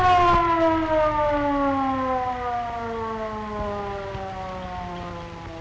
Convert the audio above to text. oh